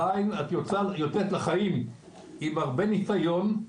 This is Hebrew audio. את יוצאת לחיים עם הרבה ניסיון,